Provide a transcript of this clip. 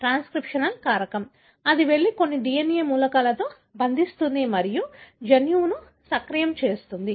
transcriptional కారకం అది వెళ్లి కొన్ని DNA మూలకాలతో బంధిస్తుంది మరియు జన్యువును సక్రియం చేస్తుంది